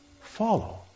follow